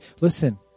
Listen